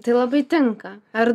tai labai tinka ar